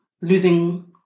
losing